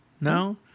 No